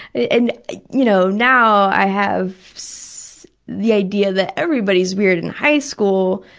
and you know now i have so the idea that everybody's weird in high school,